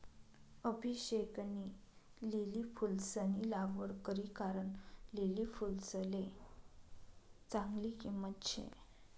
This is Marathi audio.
अभिषेकनी लिली फुलंसनी लागवड करी कारण लिली फुलसले चांगली किंमत शे